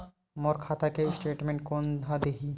मोर खाता के स्टेटमेंट कोन ह देही?